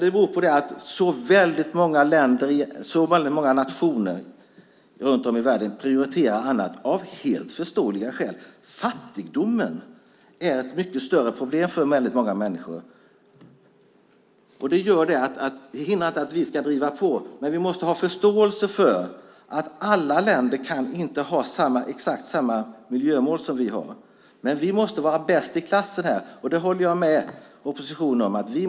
Det beror på att väldigt många nationer runt om i världen prioriterar annat av helt förståeliga skäl. Fattigdomen är ett mycket större problem för väldigt många människor. Det hindrar inte att vi ska driva på. Vi måste ha förståelse för att alla länder inte kan ha exakt samma miljömål som vi har. Men vi måste alltid vara bäst i klassen på det här området.